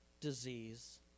disease